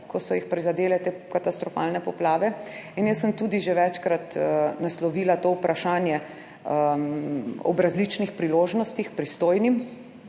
ki so jih prizadele te katastrofalne poplave in jaz sem tudi že večkrat naslovila to vprašanje ob različnih priložnostih pristojnim,